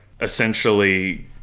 essentially